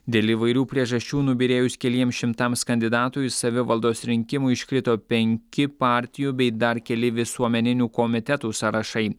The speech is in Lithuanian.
dėl įvairių priežasčių nubyrėjus keliems šimtams kandidatų iš savivaldos rinkimų iškrito penki partijų bei dar keli visuomeninių komitetų sąrašai